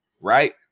right